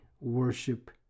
worship